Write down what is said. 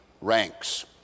ranks